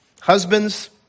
Husbands